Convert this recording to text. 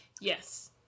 Yes